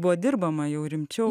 buvo dirbama jau rimčiau